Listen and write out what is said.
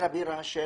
היא עיר הבירה של